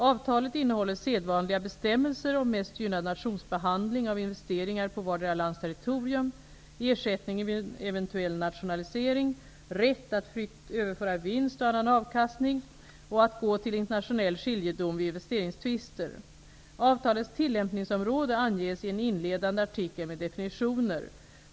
Avtalet innehåller sedvanliga bestämmelser om mest-gynnad-nationsbehandling av investeringar på vartdera lands territorium, ersättning vid en eventuell nationalisering, rätt att fritt överföra vinst och annan avkastning och att gå till internationell skiljedom vid investeringstvister. Avtalets tillämpningsområde anges i en inledande artikel med definitioner.